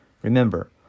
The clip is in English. Remember